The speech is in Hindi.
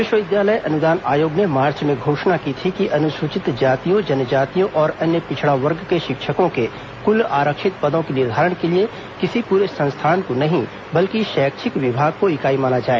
विश्वविद्यालय अनुदान आयोग ने मार्च में घोषणा की थी कि अनुसूचित जातियों जनजातियों और अन्य पिछड़ा वर्ग के लिए शिक्षकों के कुल आरक्षित पदों के निर्धारण के लिए किसी पूरे संस्थान को नहीं बल्कि शैक्षिक विभाग को इकाई माना जाए